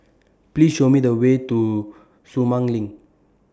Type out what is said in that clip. Please Show Me The Way to Sumang LINK